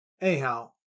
Anyhow